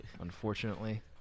unfortunately